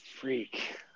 freak